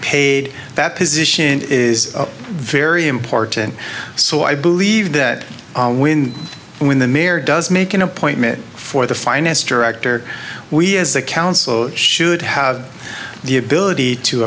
paid that position is very important so i believe that when and when the mayor does make an appointment for the finance director we as a council should have the ability to